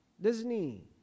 Disney